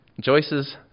Joyce's